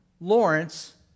Lawrence